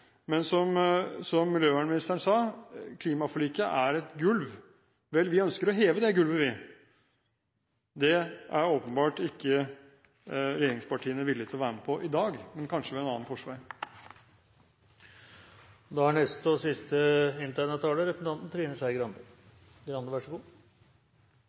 men som miljøvernministeren sa: Klimaforliket er et gulv. Vel, vi ønsker å heve det gulvet. Det er åpenbart ikke regjeringspartiene villig til å være med på i dag, men kanskje